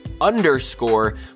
underscore